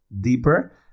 deeper